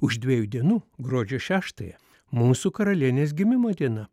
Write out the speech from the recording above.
už dviejų dienų gruodžio šeštąją mūsų karalienės gimimo diena